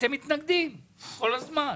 אתם מתנגדים כל הזמן,